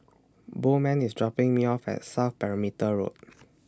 Bowman IS dropping Me off At South Perimeter Road